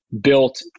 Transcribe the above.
built